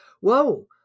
Whoa